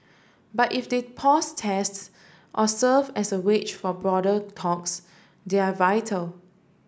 but if they pause tests or serve as a wedge for broader talks they're vital